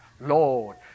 Lord